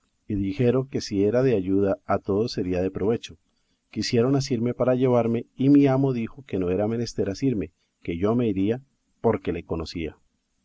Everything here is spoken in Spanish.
y dijeron que si era de ayuda a todos sería de provecho quisieron asirme para llevarme y mi amo dijo que no era menester asirme que yo me iría porque le conocía